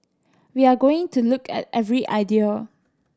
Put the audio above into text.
we are going to look at every idea